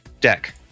Deck